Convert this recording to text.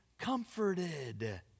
comforted